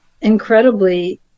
incredibly